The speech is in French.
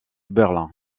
berlin